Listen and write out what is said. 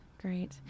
Great